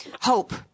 hope